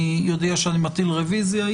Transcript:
אני מודיע שאני מטיל רוויזיה.